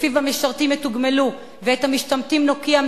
שלפיו את המשרתים נתגמל ואת המשתמטים נוקיע,